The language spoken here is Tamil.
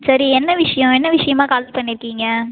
சரி என்ன விஷயம் என்ன விஷயமா கால் பண்ணிருக்கீங்க